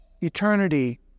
Eternity